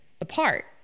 apart